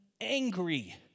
angry